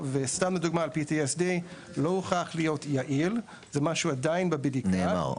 וקנביס לא הוכח להיות יעיל בטיפול ב-PTSD.